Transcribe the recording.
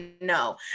no